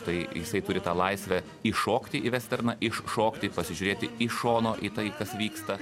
tai jisai turi tą laisvę įšokti į vesterną iššokti pasižiūrėti iš šono į tai kas vyksta